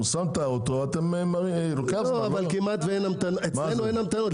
אצלנו אין המתנות.